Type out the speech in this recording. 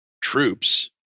troops